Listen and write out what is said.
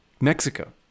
Mexico